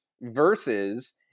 versus